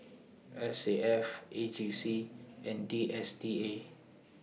S A F A G C and D S T A